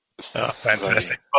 Fantastic